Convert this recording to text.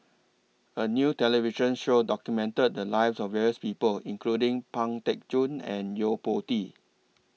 A New television Show documented The Lives of various People including Pang Teck Joon and Yo Po Tee